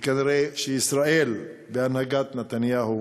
וכנראה שישראל בהנהגת נתניהו